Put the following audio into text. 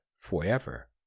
forever